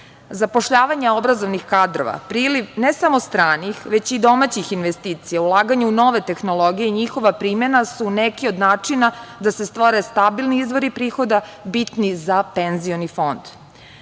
Zapošljavanje obrazovnih kadrova, priliv ne samo stranih, već i domaćih investicija, ulaganje u nove tehnologije i njihova primena su neki od načina da se stvore stabilni izvori prihoda, bitni za penzioni fond. Zbog